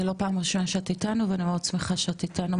זה לא פעם ראשונה שאת איתנו ואני מאוד שמחה שאת איתנו,